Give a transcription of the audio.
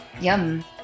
Yum